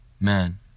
Man